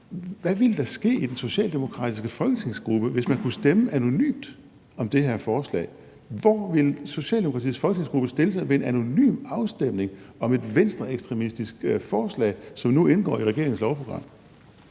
Hvad ville der ske i den socialdemokratiske folketingsgruppe, hvis man kunne stemme anonymt om det forslag? Hvor ville Socialdemokratiets folketingsgruppe stille sig ved en anonym afstemning om et venstreekstremistisk forslag, som nu indgår i regeringens lovprogram?